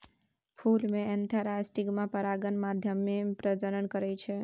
फुल मे एन्थर आ स्टिगमा परागण माध्यमे प्रजनन करय छै